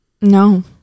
No